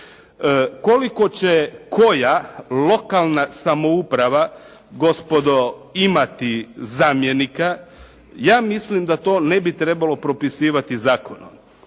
Koliko će koja lokalna samouprava gospodo imati zamjenika? Ja mislim da to ne bi trebalo propisivati zakonom,